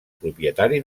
propietari